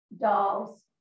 dolls